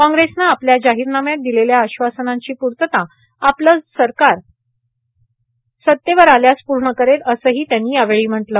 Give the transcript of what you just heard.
काँग्रेसनं आपल्या जाहीरनाम्यात दिलेल्या आश्वासनाची पूर्तता आपलं सरकार सत्तेवर आल्यास पूर्ण करेल असंही त्यांनी यावेळी म्हटलं